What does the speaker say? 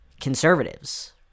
conservatives